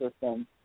system